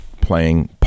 playing